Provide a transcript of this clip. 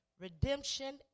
redemption